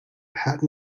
patent